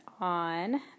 on